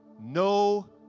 no